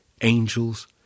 angels